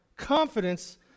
confidence